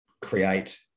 create